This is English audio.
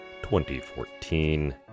2014